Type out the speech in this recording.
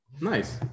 nice